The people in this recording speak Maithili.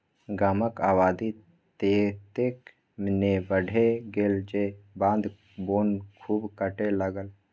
गामक आबादी ततेक ने बढ़ि गेल जे बाध बोन खूब कटय लागल